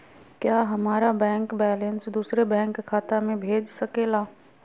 क्या हमारा bank balance दूसरे बैंक खाता में भेज सके ला?